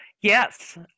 yes